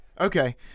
Okay